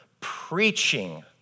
preaching